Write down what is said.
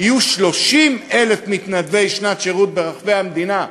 יהיו 30,000 מתנדבי שנת שירות ברחבי המדינה,